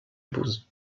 épouse